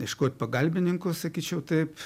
ieškot pagalbininkų sakyčiau taip